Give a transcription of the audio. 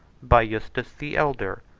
by eustace the elder,